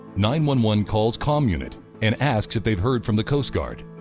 nine one one calls comm unit and asks if they've heard from the coast guard.